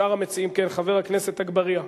חבר הכנסת אגבאריה?